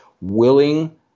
willing